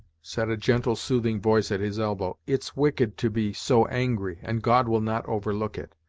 said a gentle, soothing voice at his elbow, it's wicked to be so angry, and god will not overlook it.